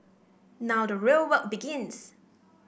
now the real work begins